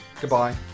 Goodbye